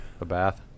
Abath